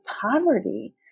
poverty